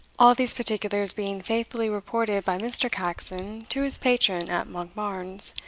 all these particulars being faithfully reported by mr. caxon to his patron at monkbarns,